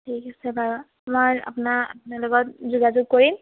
ঠিক আছে বাৰু মই আপোনাৰ আপোনাৰ লগত যোগাযোগ কৰিম